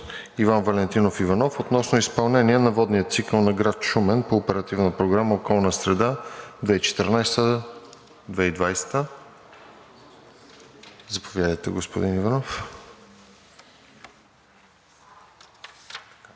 Иван Валентинов Иванов относно изпълнение на водния цикъл на град Шумен по Оперативна програма „Околна среда 2014 – 2020“. Заповядайте, господин Иванов. ИВАН